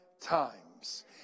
times